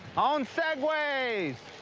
on segways!